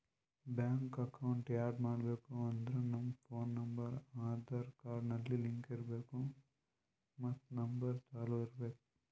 bank account add ಮಾಡ್ಬೇಕ್ ಅಂದುರ್ ನಮ್ ಫೋನ್ ನಂಬರ್ ಆಧಾರ್ ಕಾರ್ಡ್ಗ್ ಲಿಂಕ್ ಇರ್ಬೇಕ್ ಮತ್ ನಂಬರ್ ಚಾಲೂ ಇರ್ಬೇಕ್